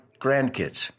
grandkids